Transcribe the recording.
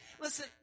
Listen